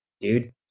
dude